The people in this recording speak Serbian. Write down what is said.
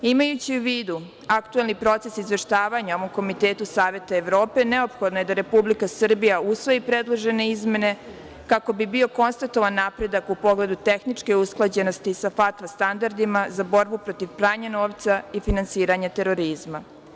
Imajući u vidu aktuelni proces izveštavanja Komitetu Saveta Evrope, neophodno je da Republika Srbija usvoji predložene izmene kako bi bio konstatovan napredak u pogledu tehničke usklađenosti sa FATF standardima za borbu protiv pranja novca i finansiranje terorizma.